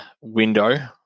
window